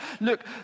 look